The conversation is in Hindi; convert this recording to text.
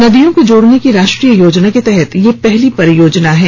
नदियों को जोड़ने की राष्ट्रीय योजना के तहत यह पहली परियोजना है